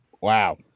Wow